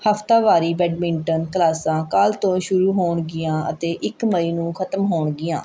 ਹਫਤਾਵਾਰੀ ਬੈਡਮਿੰਟਨ ਕਲਾਸਾਂ ਕੱਲ੍ਹ ਤੋਂ ਸ਼ੁਰੂ ਹੋਣਗੀਆਂ ਅਤੇ ਇੱਕ ਮਈ ਨੂੰ ਖਤਮ ਹੋਣਗੀਆਂ